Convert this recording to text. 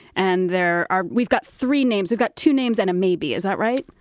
and there are we've got three names. we've got two names and a maybe. is that right?